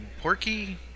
porky